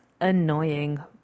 annoying